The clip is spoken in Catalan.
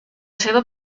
seva